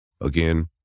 Again